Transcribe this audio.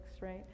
right